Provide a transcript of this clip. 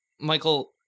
michael